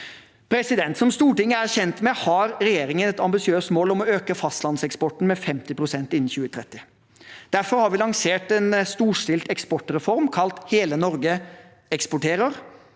næringsliv. Som Stortinget er kjent med, har regjeringen et ambisiøst mål om å øke fastlandseksporten med 50 pst. innen 2030. Derfor har vi lansert en storstilt eksportreform, kalt Hele Norge eksporterer.